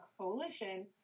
coalition